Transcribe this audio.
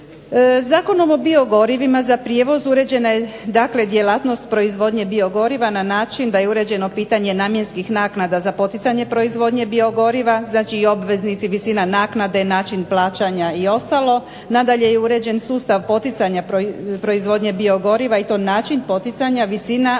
Zakonom o biogorivima za prijevoz uređena je dakle djelatnost proizvodnje biogoriva na način da je uređeno pitanje namjenskih naknada za poticanje proizvodnje biogoriva, znači i obveznici, visina naknade, način plaćanja i ostalo. Nadalje je uređen sustav poticanja proizvodnje biogoriva i to način poticanja, visina, vrste biogoriva